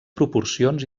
proporcions